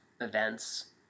events